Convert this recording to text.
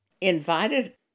invited